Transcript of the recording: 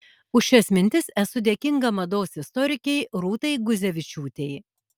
už šias mintis esu dėkinga mados istorikei rūtai guzevičiūtei